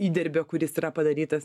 įdirbio kuris yra padarytas